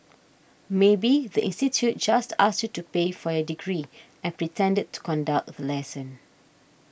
maybe the institute just asked you to pay for your degree and pretended to conduct the lesson